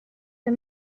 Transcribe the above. the